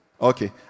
Okay